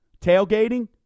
tailgating